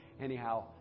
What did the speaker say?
Anyhow